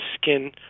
skin